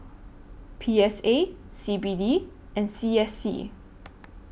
P S A C B D and C S C